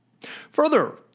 Further